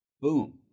Boom